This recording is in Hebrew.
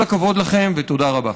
כל הכבוד לכם ותודה רבה.